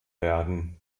werden